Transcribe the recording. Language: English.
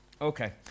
Okay